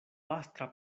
pastra